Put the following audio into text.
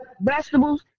vegetables